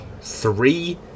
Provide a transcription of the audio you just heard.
three